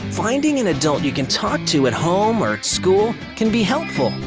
finding an adult you can talk to at home or at school can be helpful.